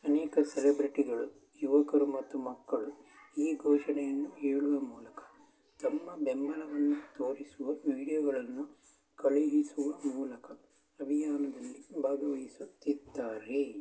ಅನೇಕ ಸೆಲೆಬ್ರಿಟಿಗಳು ಯುವಕರು ಮತ್ತು ಮಕ್ಕಳು ಈ ಘೋಷಣೆಯನ್ನು ಹೇಳುವ ಮೂಲಕ ತಮ್ಮ ಬೆಂಬಲವನ್ನು ತೋರಿಸುವ ವೀಡ್ಯೋಗಳನ್ನು ಕಳುಹಿಸುವ ಮೂಲಕ ಅಭಿಯಾನದಲ್ಲಿ ಭಾಗವಹಿಸುತ್ತಿದ್ದಾರೆ